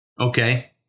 Okay